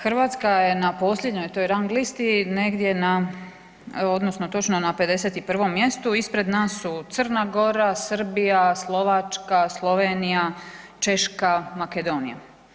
Hrvatska je na posljednjoj toj rang listi negdje na odnosno točno na 51. mjestu ispred nas su Crna Gora, Srbija, Slovačka, Slovenija, Češka, Makedonija.